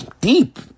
deep